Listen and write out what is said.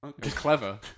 clever